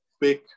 big